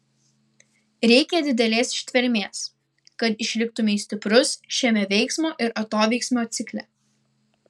reikia didelės ištvermės kad išliktumei stiprus šiame veiksmo ir atoveiksmio cikle